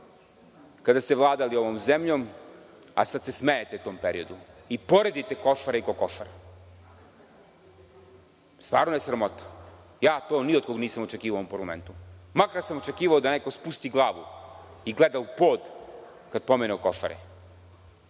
kada ste vladali ovom zemljom, a sada se smejete tom periodu i poredite Košare i kokošare. Stvarno je sramota. To ni od koga nisam očekivao u ovom parlamentu. Očekivao sam da neko spusti glavu i gleda u pod kada se pomenu Košare. To